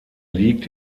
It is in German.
liegt